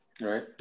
Right